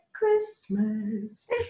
Christmas